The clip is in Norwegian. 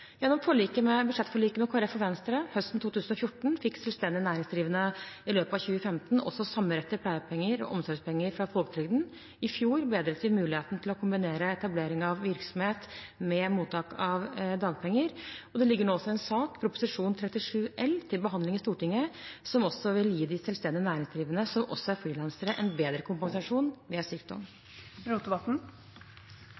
Gjennom budsjettforliket med Kristelig Folkeparti og Venstre høsten 2014 fikk selvstendig næringsdrivende i løpet av 2015 også samme rett til pleiepenger og omsorgspenger fra folketrygden. I fjor bedret de muligheten til å kombinere etablering av virksomhet med mottak av dagpenger. Det ligger nå en sak, Prop. 37 L, til behandling i Stortinget, som også vil gi de selvstendig næringsdrivende som også er frilansere, bedre kompensasjon ved sykdom.